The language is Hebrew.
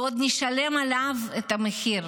ועוד נשלם עליו את המחיר,